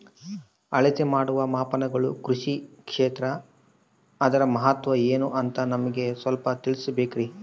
ಅಳತೆ ಮಾಡುವ ಮಾಪನಗಳು ಕೃಷಿ ಕ್ಷೇತ್ರ ಅದರ ಮಹತ್ವ ಏನು ಅಂತ ನಮಗೆ ಸ್ವಲ್ಪ ತಿಳಿಸಬೇಕ್ರಿ?